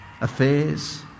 affairs